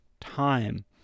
time